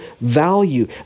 value